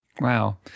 Wow